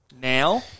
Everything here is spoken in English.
now